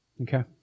Okay